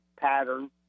pattern